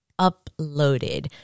uploaded